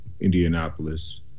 Indianapolis